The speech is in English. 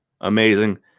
amazing